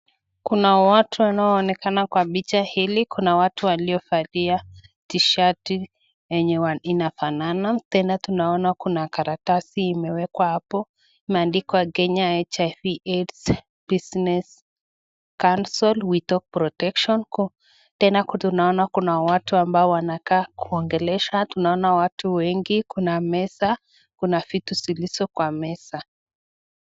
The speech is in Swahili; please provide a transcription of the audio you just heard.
Kuna watu wanaoonekana kwa picha hili. Kuna watu waliovalua t-shirt yenye inafanana. Tena tunaona kuna karatasi imewekwa hapo imeandikwa Kenya HIV/AIDS business council with all protection . Tena tunaona kuna watu wanakaa kuongelesha, tunaona watu wengi, kuna meza, kuna vitu zilizo kwa meza.